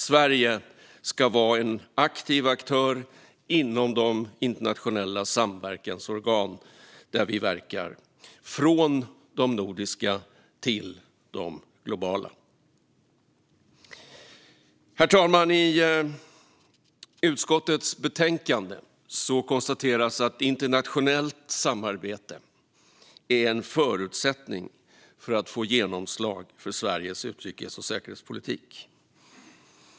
Sverige ska vara en aktiv aktör inom de internationella samverkansorgan där vi verkar, från de nordiska till de globala. Herr talman! I utskottets betänkande konstateras att internationellt samarbete är en förutsättning för att få genomslag för Sveriges utrikes och säkerhetspolitik.